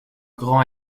grand